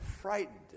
frightened